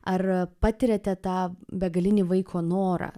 ar patiriate tą begalinį vaiko norą